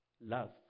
love